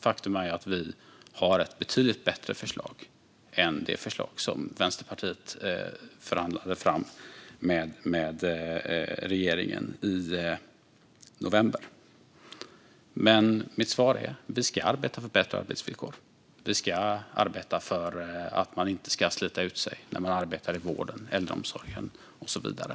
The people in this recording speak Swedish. Faktum är alltså att vi har ett betydligt bättre förslag än det förslag som Vänsterpartiet förhandlade fram med regeringen i november. Men mitt svar är: Vi ska arbeta för bättre arbetsvillkor. Vi ska arbeta för att man inte ska slita ut sig när man arbetar i vården, äldreomsorgen och så vidare.